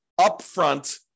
upfront